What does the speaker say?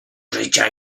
życia